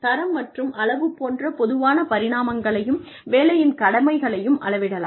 தரம் மற்றும் அளவு போன்ற பொதுவான பரிமாணங்களையும் வேலையின் கடமைகளையும் அளவிடலாம்